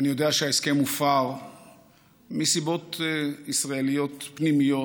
אני יודע שההסכם הופר מסיבות ישראליות פנימיות,